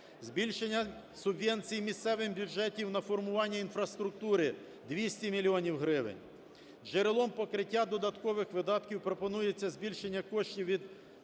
збільшення субвенцій місцевим бюджетів на формування інфраструктури - 200 мільйонів гривень. Джерелом покриття додаткових видатків пропонується збільшення коштів від